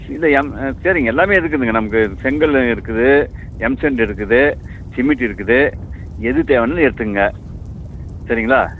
இல்ல எம் சரிங்க எல்லாமே இருக்குதுங்க நமக்கு செங்கல்லும் இருக்குது எம்சேன்ட் இருக்குது சிமிண்ட் இருக்குது எது தேவையானது எடுத்துங்க சரிங்களா